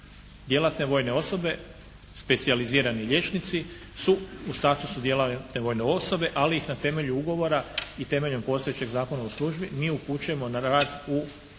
Djelatne vojne osobe, specijalizirani liječnici su u statusu djelatne vojne osobe, ali ih na temelju ugovora i temeljem postojećeg Zakona o službi mi upućujemo na rad u bolnice.